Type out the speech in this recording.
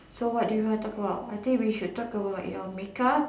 so what do you want to talk about I think we should talk about your make up